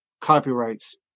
copyrights